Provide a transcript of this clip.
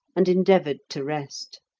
and endeavoured to rest.